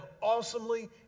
awesomely